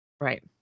Right